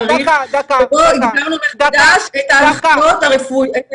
הגדרנו פה מחדש את ההנחיות הרפואיות.